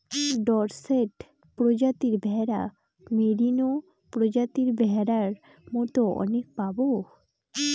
Dorset প্রজাতির ভেড়া, merino প্রজাতির ভেড়ার মতো অনেক পাবো